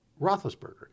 Roethlisberger